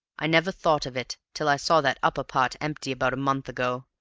i never thought of it till i saw that upper part empty about a month ago,